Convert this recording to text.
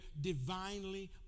divinely